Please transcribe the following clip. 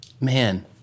Man